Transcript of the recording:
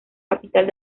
capital